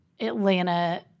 Atlanta